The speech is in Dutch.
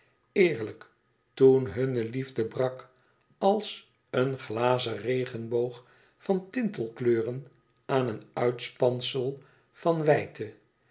eerlijk toen hunne liefde brak als een glazen regenboog van tintelkleuren aan een uitspansel van wijdte